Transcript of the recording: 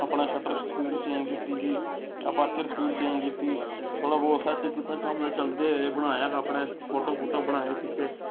अपना shutter speed change कीती जी अपर्चर स्पीड चेंज कीती थोह्ड़ा बौह्त सैट कीता कम्म ते चलदे रेह् बनाया अपने फोटो फूटो बनाए खिच्चे